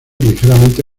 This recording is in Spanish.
ligeramente